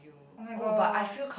oh-my-gosh